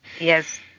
yes